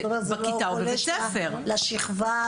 זה לא שההדרכה לשכבה,